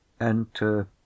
enter